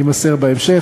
יימסר בהמשך,